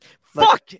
Fuck